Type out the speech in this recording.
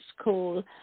School